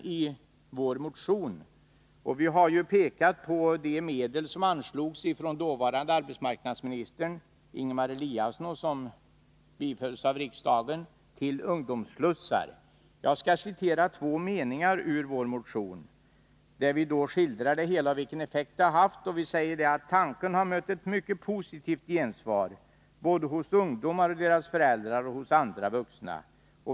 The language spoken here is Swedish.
Vi har pekat på de anslag till ungdomsslussar som föreslogs av dåvarande arbetsmarknadsministern Ingemar Eliasson och som riksdagen beslutade om. Jag skall citera två meningar ur vår motion, där vi skildrar vilken effekt detta har haft: ”Tanken har mött ett mycket positivt gensvar både hos ungdomar och deras föräldrar och hos andra vuxna.